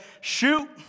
shoot